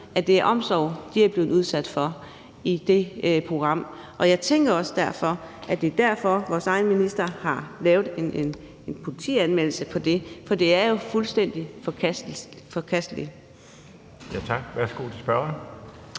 at det er omsorg, de har fået i det program. Jeg tænker også, at det er derfor, vores egen minister har lavet en politianmeldelse på det, for det er jo fuldstændig forkasteligt.